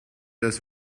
das